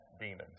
demons